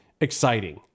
exciting